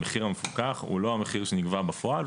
המחיר המפוקח הוא לא המחיר שנגבה בפועל.